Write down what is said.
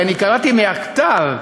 כי אני קראתי מהכתב,